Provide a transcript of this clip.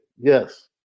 yes